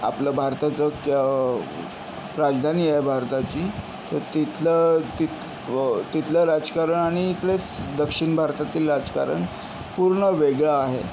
आपलं भारताचं क्य राजधानी आहे भारताची तर तिथलं तित व तिथलं राजकारण आणि प्लस दक्षिण भारतातील राजकारण पूर्ण वेगळं आहे